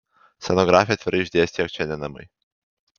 scenografė atvirai išdėstė jog čia ne namai